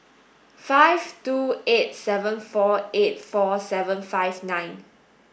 five two eight seven four eight four seven five nine